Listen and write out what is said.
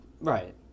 Right